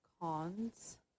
cons